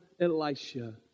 Elisha